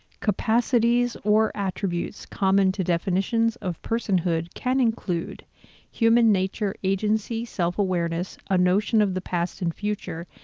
capacities or attributes common to definitions of personhood can include human nature, agency, self-awareness, a notion of the past and future,